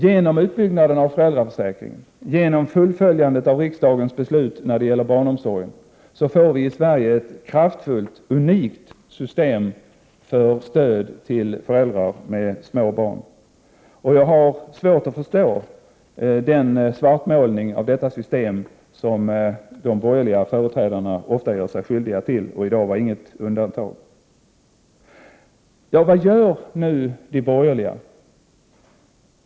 Genom utbyggnaden av föräldraförsäkringen och genom fullföljandet av riksdagens beslut när det gäller barnomsorgen får vi i Sverige ett kraftfullt, unikt system för stöd till föräldrar med små barn, och jag har svårt att förstå den svartmålning av detta system som de borgerliga företrädarna ofta gör sig skyldiga till. Debatten i dag är inget undantag i det avseendet. Vad gör nu de borgerliga?